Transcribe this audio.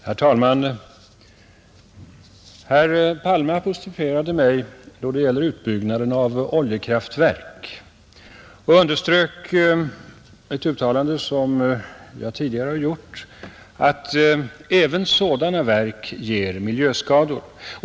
Herr talman! Herr Palme apostroferade mig i fråga om utbyggnaden av oljekraftverk och underströk ett uttalande som jag tidigare har gjort, att även sådana verk ger miljöskador.